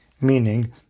Meaning